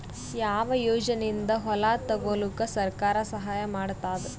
ಯಾವ ಯೋಜನೆಯಿಂದ ಹೊಲ ತೊಗೊಲುಕ ಸರ್ಕಾರ ಸಹಾಯ ಮಾಡತಾದ?